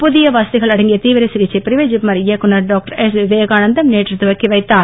புதிய வசதிகள் அடங்கிய தீவிர சிகிச்சைப் பிரிவை ஜிப்மர் இயக்குனர் டாக்டர் எஸ்விவேகானந்தம் நேற்று தொடக்கிவைத்தார்